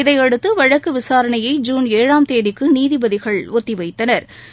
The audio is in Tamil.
இதையடுத்து வழக்கு விசாரணையை ஜூன் ஏழாம் தேதிக்கு நீதிபதிகள் ஒத்திவைத்தனா்